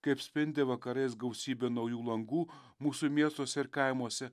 kaip spindi vakarais gausybė naujų langų mūsų miestuose ir kaimuose